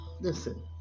listen